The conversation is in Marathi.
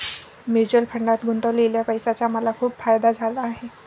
म्युच्युअल फंडात गुंतवलेल्या पैशाचा मला खूप फायदा झाला आहे